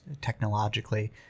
technologically